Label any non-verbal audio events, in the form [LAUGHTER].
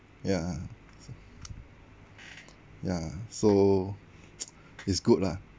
ya ya so [NOISE] it's good lah